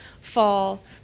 fall